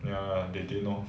ya they didn't lor